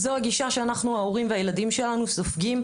זו הגישה שאנחנו ההורים והילדים שלנו סופגים,